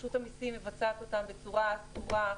רשות המסים מבצעת אותם בצורה סדורה,